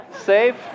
safe